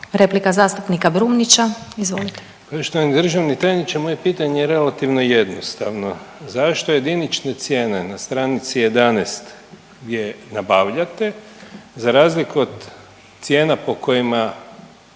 Replika zastupnika Brumnića, izvolite. **Brumnić, Zvane (Nezavisni)** Poštovani državni tajniče moje pitanje je relativno jednostavno. Zašto jedinične cijene na stranici 11. je nabavljate za razliku od cijena po kojima